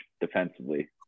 defensively